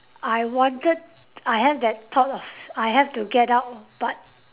I wanted I have that thought I have to get out but